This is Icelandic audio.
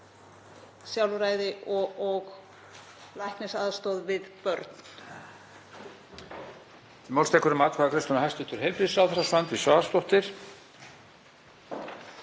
sjálfræði og læknisaðstoð við börn.